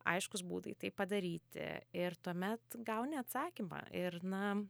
aiškūs būdai tai padaryti ir tuomet gauni atsakymą ir na